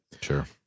Sure